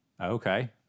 Okay